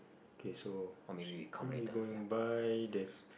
K so we going by there's